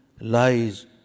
lies